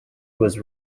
was